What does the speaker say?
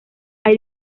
hay